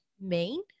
main